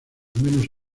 menos